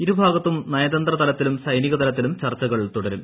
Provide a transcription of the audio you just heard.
ഇരുഭാഗത്തും നയതന്ത്ര തലത്തിലും സൈനികതലത്തിലും ചർച്ചകൾ തുടരും